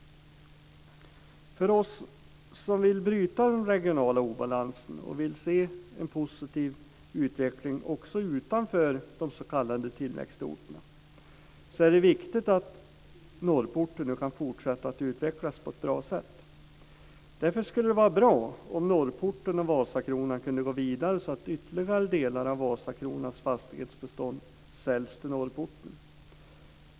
För oss som vill bryta den regionala obalansen och se en positiv utveckling också utanför de s.k. tillväxtorterna är det viktigt att Norrporten nu kan fortsätta att utvecklas på ett bra sätt. Därför skulle det vara bra om Norrporten och Vasakronan kunde gå vidare så att ytterligare delar av Vasakronans fastighetsbestånd säljs till Norrporten.